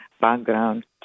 background